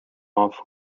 off